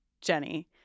Jenny